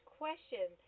question